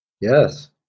Yes